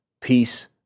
peace